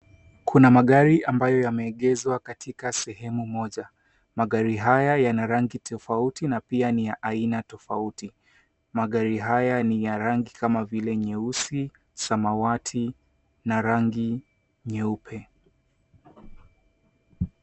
Kuna magari ambayo yameegezwa katika sehemu moja. Magari haya yana rangi tofauti na pia ni ya aina tofauti. Magari haya ni ya rangi kama vile nyeusi, samawati na rangi nyeupe.